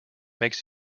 makes